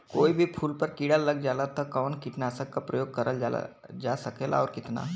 कोई भी फूल पर कीड़ा लग जाला त कवन कीटनाशक क प्रयोग करल जा सकेला और कितना?